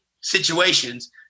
situations